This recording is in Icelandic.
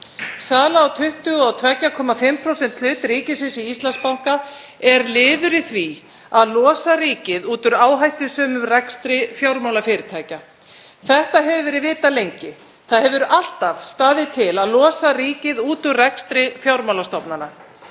Sala á 22,5% hlut ríkisins í Íslandsbanka er liður í því að losa ríkið út úr áhættusömum rekstri fjármálafyrirtækja. Það hefur verið vitað lengi. Það hefur alltaf staðið til að losa ríkið út úr rekstri fjármálastofnana.